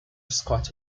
scott